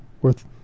worth